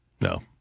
No